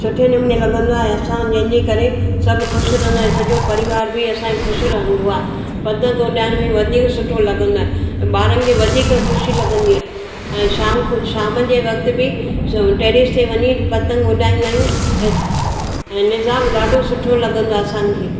सुठे नमूने लॻंदो आहे ऐं असां जंहिंजे करे सभु ख़ुशि रहंदा आहिनि सॼो परिवार बि असांजो ख़ुशि रहंदो आहे पतंग उॾाइण में वधीक सुठो लॻंदो आहे ॿारनि खे वधीक ख़ुशी लॻंदी आहे ऐं शाम शाम जे वक़्त बि स टेरिस ते वञी पतंग उॾाईंदा आहियूं ऐं ऐं इनसां ॾाढो सुठो लॻंदो आहे असांखे